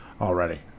already